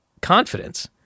confidence